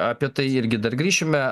apie tai irgi dar grįšime